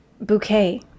bouquet